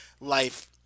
life